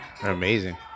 Amazing